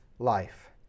life